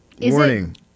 Warning